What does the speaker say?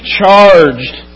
charged